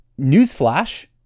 newsflash